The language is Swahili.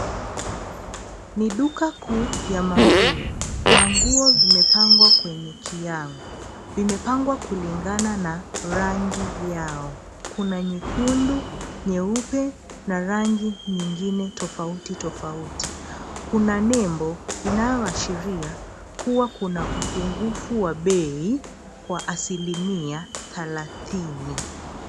Ni duka kuu ya manguo, manguo zimepangwa kwenye kiango. Zimepangwa kulingana na rangi yao. Kuna nyekundu, nyeupe na rangi nyingine tofauti tofauti. Kuna nembo inayoashiria, kuwa kuna upungufu wa bei kwa asilimia thalathini.